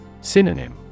Synonym